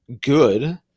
good